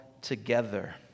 together